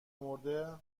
مرده